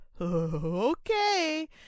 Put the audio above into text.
Okay